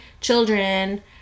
children